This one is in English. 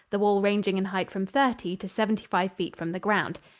the wall ranging in height from thirty to seventy-five feet from the ground.